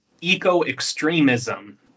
eco-extremism